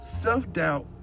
self-doubt